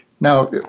Now